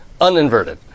Uninverted